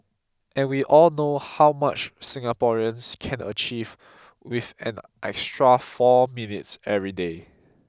and we all know how much Singaporeans can achieve with an extra four minutes every day